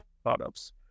startups